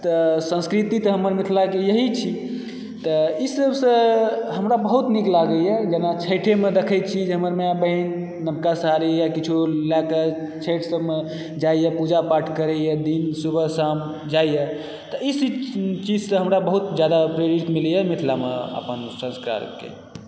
तऽ संस्कृति तऽ हमर मिथिलाके यही छी तऽ ई सभसँ हमरा बहुत नीक लागैए जेना छठिमे देखै छी हमर माय बहिन नवका साड़ी वा किछो लएकऽ छठि सभमे जाइए पूजा पाठ करैए दिन सुबह शाम जाइए तऽ ई चीजसँ हमरा बहुत जादा प्रेरित मिलैए मिथिलामे अपन संस्कारके